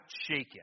shaken